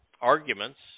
arguments